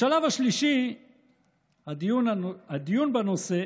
בשלב השלישי הדיון בנושא